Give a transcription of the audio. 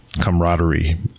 camaraderie